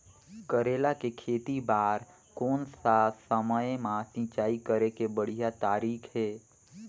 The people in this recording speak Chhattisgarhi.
करेला के खेती बार कोन सा समय मां सिंचाई करे के बढ़िया तारीक हे?